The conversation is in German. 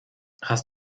hast